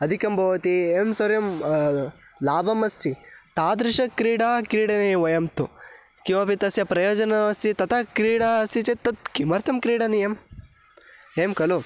अधिकं भवति एवं सर्वं लाभः अस्ति तादृशक्रीडा क्रीडनीयं वयन्तु किमपि तस्य प्रयोजनमस्ति तथा क्रीडा अस्ति चेत् तत् किमर्थं क्रीडनीयम् एम् खलु